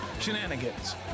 Shenanigans